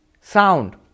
sound